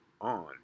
on